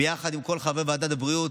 יחד עם כל חברי ועדת הבריאות,